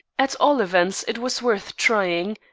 at all events it was worth trying,